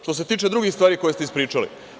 Što se tiče drugih stvari koje ste ispričali.